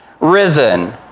risen